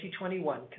2021